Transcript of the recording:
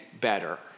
better